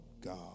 God